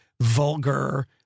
Vulgar